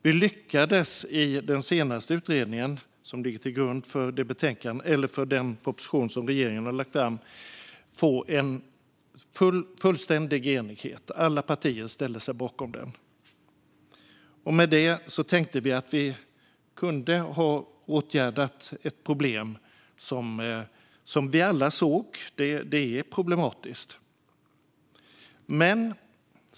Vi lyckades i den senaste utredningen, som ligger till grund för den proposition som regeringen har lagt fram, få en fullständig enighet. Alla partier ställde sig bakom den. Därmed tänkte vi att vi kunde ha åtgärdat ett problem som vi alla såg. Det är problematiskt.